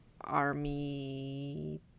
Army